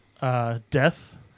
Death